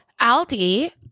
Aldi